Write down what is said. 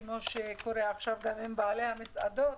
כפי שקורה עכשיו גם עם בעלי המסעדות,